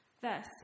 Thus